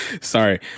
Sorry